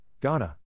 Ghana